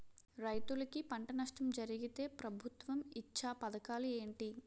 రైతులుకి పంట నష్టం జరిగితే ప్రభుత్వం ఇచ్చా పథకాలు ఏంటి?